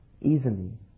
easily